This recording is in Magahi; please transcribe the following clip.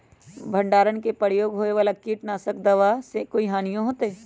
भंडारण में प्रयोग होए वाला किट नाशक दवा से कोई हानियों होतै?